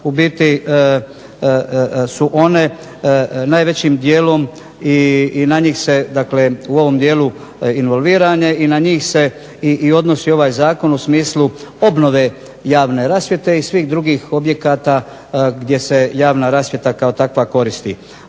u biti su one najvećim dijelom i na njih se u ovom dijelu involviran je i na njih se i odnosi ovaj zakon u smislu obnove javne rasvjete i svih drugih objekata gdje se javna rasvjeta kao takva koristi.